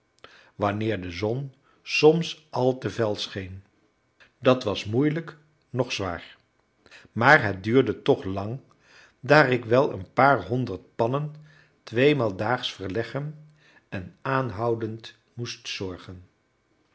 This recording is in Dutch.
wanneer de zon soms al te fel scheen dat was moeilijk noch zwaar maar het duurde toch lang daar ik wel een paar honderd pannen tweemaal daags verleggen en aanhoudend moest zorgen